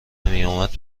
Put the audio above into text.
نمیآمد